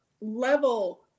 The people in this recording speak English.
level